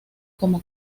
como